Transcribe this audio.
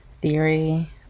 theory